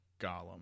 Gollum